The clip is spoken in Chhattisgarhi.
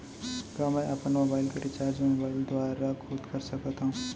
का मैं अपन मोबाइल के रिचार्ज मोबाइल दुवारा खुद कर सकत हव?